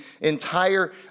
entire